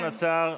השעון עצר.